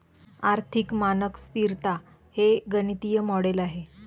आर्थिक मानक स्तिरता हे गणितीय मॉडेल आहे